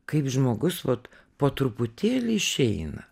kaip žmogus vat po truputėlį išeina